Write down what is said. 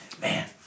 man